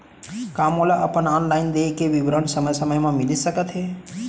का मोला अपन ऑनलाइन देय के विवरण समय समय म मिलिस सकत हे?